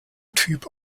typ